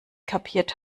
kapiert